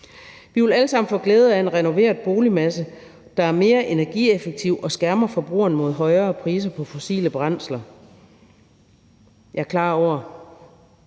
Vi vil alle sammen få glæde af en renoveret boligmasse, der er mere energieffektiv og skærmer forbrugerne mod højere priser på fossile brændsler. Kl. 19:13 Jeg er klar over,